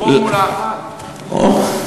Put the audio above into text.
"פורמולה 1". אוה,